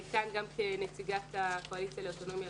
אני כאן גם כנציגת הקואליציה לאוטונומיה